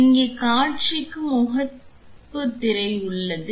இங்கே காட்சிக்கு முகப்புத் திரை உள்ளது